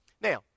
Now